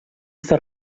està